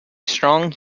strong